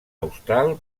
austral